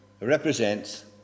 represents